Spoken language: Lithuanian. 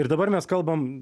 ir dabar mes kalbam